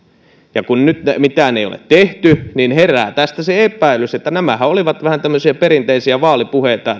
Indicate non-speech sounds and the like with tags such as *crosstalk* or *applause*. ja kun mitään nyt ei ole tehty niin herää tästä se epäilys että nämähän olivat vähän tämmöisiä perinteisiä vaalipuheita *unintelligible*